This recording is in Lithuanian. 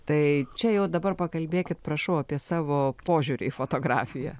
tai čia jau dabar pakalbėkit prašau apie savo požiūrį į fotografiją